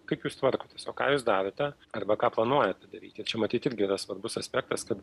kaip jūs tvarkotės o ką jūs darėte arba ką planuojate daryti ir čia matyt irgi yra svarbus aspektas kad